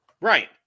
Right